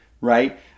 right